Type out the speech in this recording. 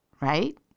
right